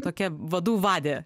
tokia vadų vadė